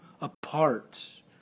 apart